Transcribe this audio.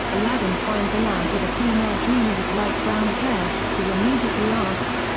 aladdin finds a lamp with a female genie with light brown hair, who immediately asks,